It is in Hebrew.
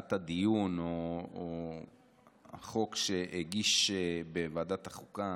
להצעת הדיון או החוק שהגיש בוועדת החוקה